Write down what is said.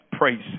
Praise